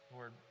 Lord